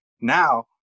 now